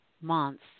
months